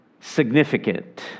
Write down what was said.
significant